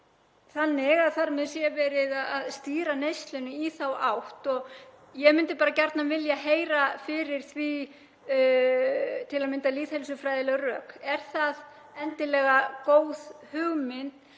þannig að þar með sé verið að stýra neyslunni í þá átt og ég myndi gjarnan vilja heyra fyrir því til að mynda lýðheilsufræðileg rök. Er endilega góð hugmynd